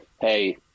hey